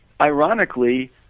ironically